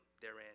therein